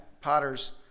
potter's